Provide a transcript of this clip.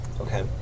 Okay